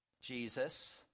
Jesus